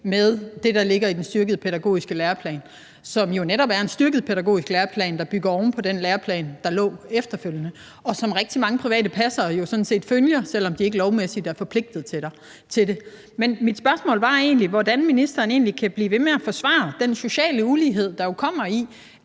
med det, der ligger i den styrkede pædagogiske læreplan, som jo netop er en styrket pædagogisk læreplan, der bygger ovenpå den læreplan, der lå efterfølgende, og som rigtig mange private passere jo sådan set følger, selv om de ikke lovmæssigt er forpligtet til det. Men mit spørgsmål var egentlig, hvordan ministeren kan blive ved med at forsvare den sociale ulighed, der jo kommer,